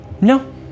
No